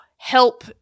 Help